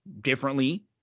differently